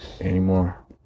anymore